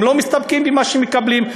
הם לא מסתפקים במה שהם מקבלים.